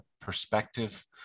perspective